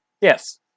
Yes